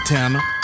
Tanner